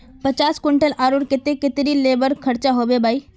पचास कुंटल आलूर केते कतेरी लेबर खर्चा होबे बई?